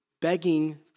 Begging